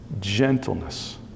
gentleness